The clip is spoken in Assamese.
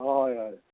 অঁ হয় হয়